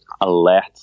alert